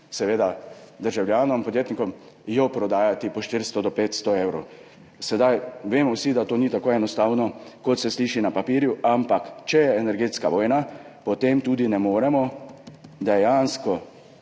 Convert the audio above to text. seveda našim državljanom, podjetnikom prodajati po 400 do 500 evrov. Vsi vemo, da to ni tako enostavno, kot se sliši na papirju, ampak če je energetska vojna, potem tudi dejansko